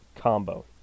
combo